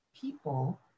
people